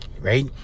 right